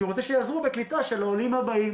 כי הוא רוצה שיעזרו בקליטה של העולים הבאים.